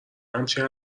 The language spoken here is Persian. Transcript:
همچین